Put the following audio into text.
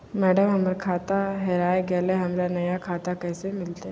madam, हमर खाता हेरा गेलई, हमरा नया खाता कैसे मिलते